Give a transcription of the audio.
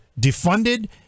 defunded